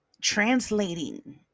translating